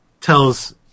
tells